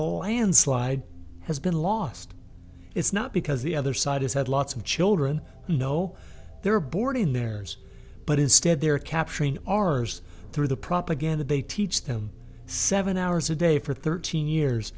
landslide has been lost it's not because the other side is had lots of children you know they were born in theirs but instead they're capturing ours through the propaganda they teach them seven hours a day for thirteen years